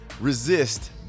resist